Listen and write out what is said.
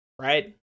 right